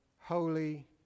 holy